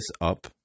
up